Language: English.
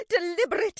deliberate